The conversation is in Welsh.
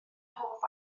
hoff